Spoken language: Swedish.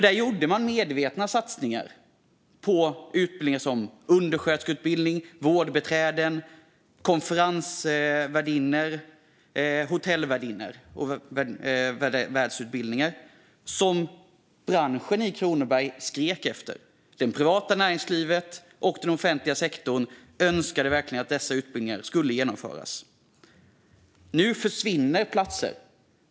Där gjorde man medvetna satsningar på utbildningar till undersköterska, vårdbiträde och hotell och konferensvärdinna, något som branschen i Kronoberg skrek efter. Det privata näringslivet och den offentliga sektorn önskade verkligen att dessa utbildningar skulle genomföras. Nu försvinner platser.